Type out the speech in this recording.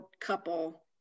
couple